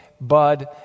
bud